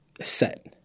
set